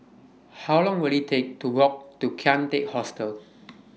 How Long Will IT Take to Walk to Kian Teck Hostel